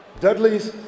dudley's